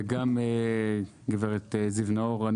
וגם גב' זיו נאור.